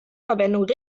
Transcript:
verwendung